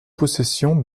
possession